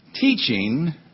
teaching